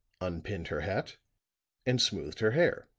unpinned her hat and smoothed her hair.